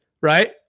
right